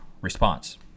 response